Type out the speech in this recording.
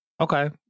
okay